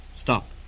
Stop